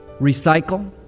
recycle